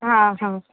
हा हा